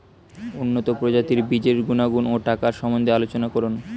উন্নত প্রজাতির বীজের গুণাগুণ ও টাকার সম্বন্ধে আলোচনা করুন